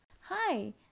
Hi